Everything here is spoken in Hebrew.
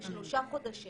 שלושה חודשים